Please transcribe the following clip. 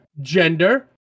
Gender